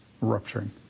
rupturing